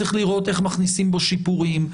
צריך לראות איך מכניסים בו שיפורים.